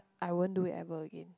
I won't do it ever again